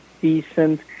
decent